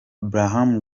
brahim